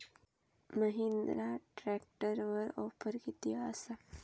महिंद्रा ट्रॅकटरवर ऑफर किती आसा?